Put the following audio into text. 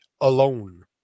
alone